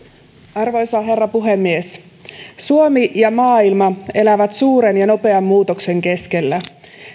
arvoisa herra puhemies suomi ja maailma elävät suuren ja nopean muutoksen keskellä